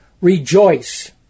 Rejoice